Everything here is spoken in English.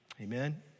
Amen